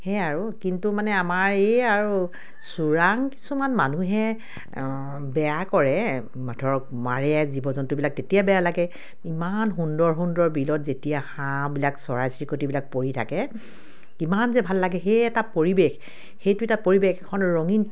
সেয়াই আৰু কিন্তু মানে আমাৰ এই আৰু চোৰাং কিছুমান মানুহে বেয়া কৰে ধৰক মাৰে জীৱ জন্তুবিলাক তেতিয়া বেয়া লাগে ইমান সুন্দৰ সুন্দৰ বিলত যেতিয়া হাঁহবিলাক চৰাই চিৰিকটিবিলাক পৰি থাকে কিমান যে ভাল লাগে সেই এটা পৰিৱেশ সেইটো এটা পৰিৱেশ এখন ৰঙীন